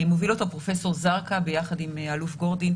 מוביל אותו פרופ' זרקא ביחד עם האלוף גורדין,